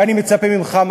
ואני מצפה ממך,